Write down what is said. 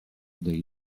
dei